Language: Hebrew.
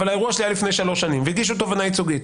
אבל האירוע שלי היה לפני שלוש שנים והגישו תובענה ייצוגית.